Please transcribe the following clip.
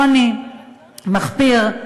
עוני מחפיר.